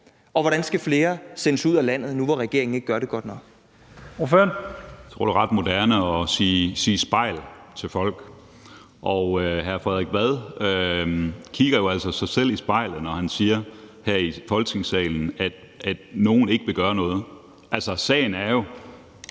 og hvordan skal flere sendes ud af landet nu, hvor regeringen ikke gør det godt nok?